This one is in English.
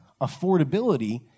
affordability